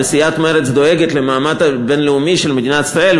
וסיעת מרצ דואגת למעמד הבין-לאומי של מדינת ישראל,